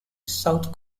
south